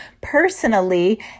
personally